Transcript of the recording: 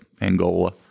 Angola